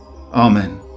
Amen